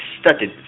started